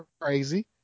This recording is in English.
crazy